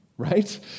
right